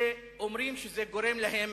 שאומרים שזה גורם להם